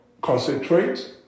concentrate